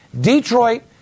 Detroit